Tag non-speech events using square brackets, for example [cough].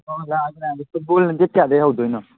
[unintelligible] ꯐꯨꯠꯕꯣꯜꯅ ꯗꯦꯠ ꯀꯌꯥꯗꯒꯤ ꯍꯧꯗꯣꯏꯅꯣ